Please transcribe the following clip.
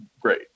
great